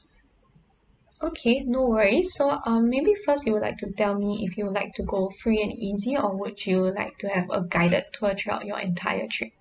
okay no worries so um maybe first you would like to tell me if you would like to go free and easy or would you like to have a guided tour throughout your entire trip